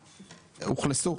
אוכלסו,